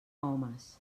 homes